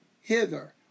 hither